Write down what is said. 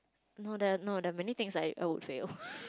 no there are no there are many things I I would fail